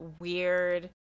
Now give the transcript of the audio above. weird